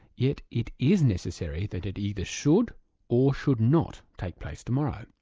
yet it is necessary that it either should or should not take place tomorrow.